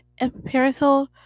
empirical